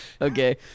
Okay